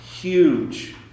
huge